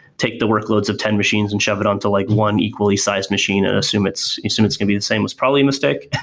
take the workloads of ten machines and shove it onto like one equally sized machine and assume it's assume it's going to be the same is probably a mistake.